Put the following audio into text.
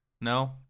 No